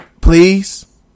Please